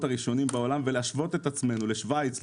הראשונים בעולם ולהשוות את עצמנו לשוויץ,